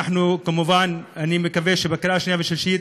כמובן, אני מקווה שבקריאה שנייה ושלישית,